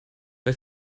bei